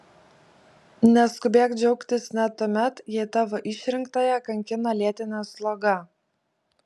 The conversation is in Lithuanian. neskubėk džiaugtis net tuomet jei tavo išrinktąją kankina lėtinė sloga